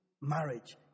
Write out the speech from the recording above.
marriage